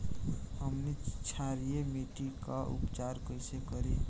हमनी क्षारीय मिट्टी क उपचार कइसे करी?